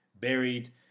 Buried